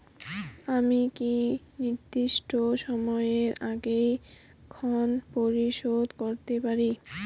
আমি কি নির্দিষ্ট সময়ের আগেই ঋন পরিশোধ করতে পারি?